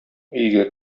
өйгә